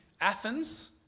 Athens